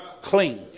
clean